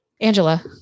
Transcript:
Angela